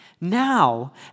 Now